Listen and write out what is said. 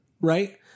right